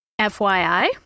FYI